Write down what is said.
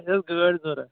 اَسہِ ٲس گٲڑۍ ضروٗرت